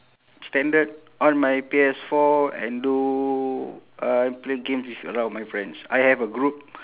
standard on my P_S four and do uh I play games with a lot of my friends I have a group